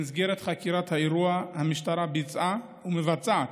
במסגרת חקירת האירוע המשטרה ביצעה, ומבצעת,